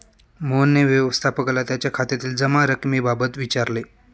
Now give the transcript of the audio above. मोहनने व्यवस्थापकाला त्याच्या खात्यातील जमा रक्कमेबाबत विचारले